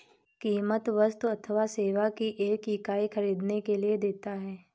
कीमत वस्तु अथवा सेवा की एक इकाई ख़रीदने के लिए देता है